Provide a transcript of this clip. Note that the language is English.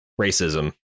racism